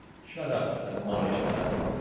shut up! admonished bradley.